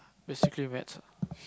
basically maths ah